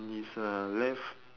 is a left